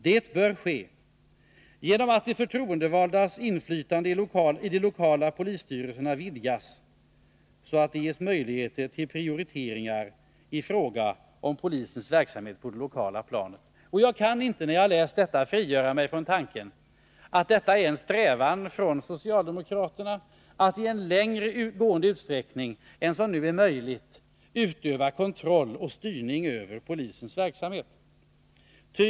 Det bör ske genom att de förtroendevaldas inflytande i de lokala polisstyrelserna vidgas så att de ges möjligheter till prioriteringar i fråga om polisens verksamhet på det lokala planet.” När jag har läst detta kan jag inte frigöra mig från tanken att det är en strävan från socialdemokraterna att i större utsträckning än vad som nu är möjligt utöva kontroll och styrning över polisens verksamhet.